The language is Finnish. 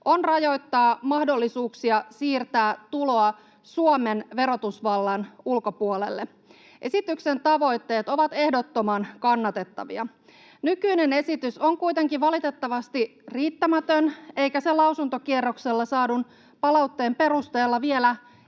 on rajoittaa mahdollisuuksia siirtää tuloa Suomen verotusvallan ulkopuolelle. Esityksen tavoitteet ovat ehdottoman kannatettavia. Nykyinen esitys on kuitenkin valitettavasti riittämätön, eikä se lausuntokierroksella saadun palautteen perusteella vielä